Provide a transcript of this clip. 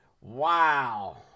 Wow